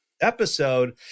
episode